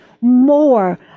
more